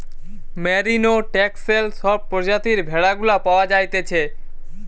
merino, Texel সব প্রজাতির ভেড়া গুলা পাওয়া যাইতেছে